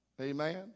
Amen